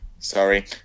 Sorry